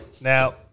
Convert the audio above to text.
Now